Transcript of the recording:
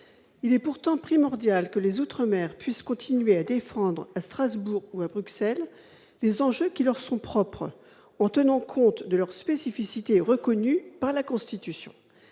Il est pourtant primordial qu'ils puissent continuer à défendre, à Strasbourg ou à Bruxelles, les enjeux qui leur sont propres, en tenant compte de leurs spécificités. Créer une circonscription